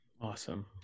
Awesome